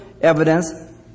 evidence